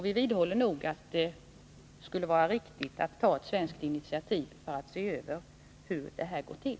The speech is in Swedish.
Vi vidhåller att det skulle vara riktigt att ta ett svenskt initiativ, för att se över hur det går till.